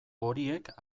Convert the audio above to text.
horiek